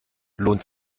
lohnt